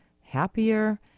happier